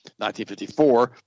1954